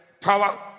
power